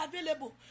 available